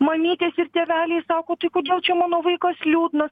mamytės ir tėveliai sako tai kodėl čia mano vaikas liūdnas